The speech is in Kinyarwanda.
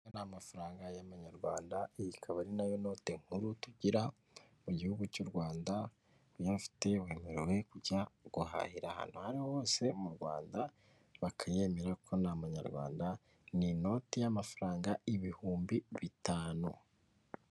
Aya ni amafaranga y'amanyarwanda iyi ikaba ari nayo note nkuru tugira mu gihugu cy'u Rwanda iyo uyifite wemerewe kujya guhahira ahantu ari hose mu Rwanda bakayemera, kuko ni y'amanyarwanda ni inoti y'amafaranga ibihumbi bitanu.